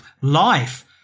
life